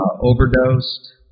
overdosed